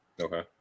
okay